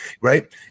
right